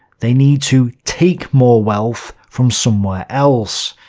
they need to take more wealth from somewhere else.